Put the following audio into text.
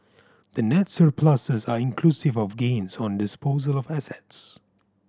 the net surpluses are inclusive of gains on disposal of assets